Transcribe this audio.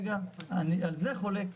רגע, על זה אני חולק.